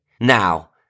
Now